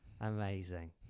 Amazing